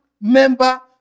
member